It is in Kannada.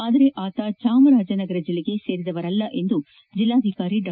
ಆದರೆ ಆತ ಚಾಮರಾಜನಗರ ಜಿಲ್ಲೆಗೆ ಸೇರಿದವರಲ್ಲ ಎಂದು ಜಿಲ್ಲಾಧಿಕಾರಿ ಡಾ